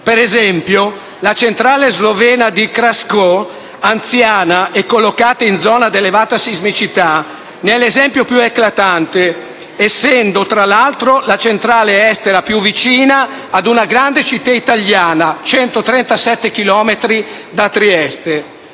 Per esempio, la centrale slovena di Krško, anziana e collocata in zona ad elevata sismicità, ne è l'esempio più eclatante, essendo, tra l'altro, la centrale estera più vicina ad una grande città italiana (137 chilometri da Trieste).